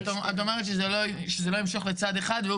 את אומרת שזה לא ימשוך לצד אחד.